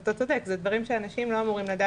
אתה צודק, אלה דברים שאנשים לא אמורים לדעת.